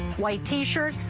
white t-shirt,